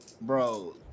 Bro